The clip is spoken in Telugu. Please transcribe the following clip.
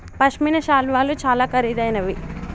పశ్మిన శాలువాలు చాలా ఖరీదైనవి